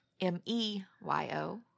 M-E-Y-O